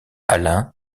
alain